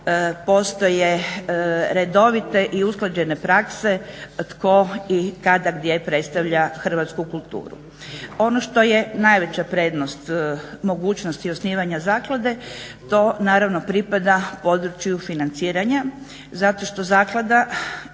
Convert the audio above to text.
postoje redovite i usklađene prakse tko i kada, gdje predstavlja hrvatsku kulturu. Ono što je najveća prednost mogućnosti osnivanja zaklade to naravno pripada području financiranja zato što zaklada